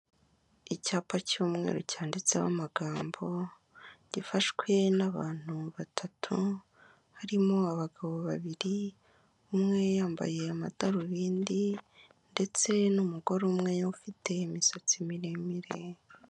Icyapa cy'umweru cyanditseho amagambo, gifashwe n'abantu batatu, harimo abagabo babiri, umwe yambaye amadarubindi, ndetse n'umugore umwe ufite imisatsi miremire.